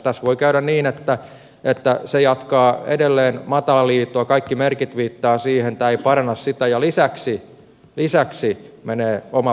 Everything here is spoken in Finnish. tässä voi käydä niin että ne jatkavat edelleen matalaliitoa kaikki merkit viittaavat siihen että tämä ei paranna niitä ja lisäksi menee oma päätösvalta